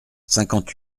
cinquante